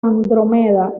andrómeda